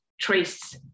trace